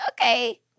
okay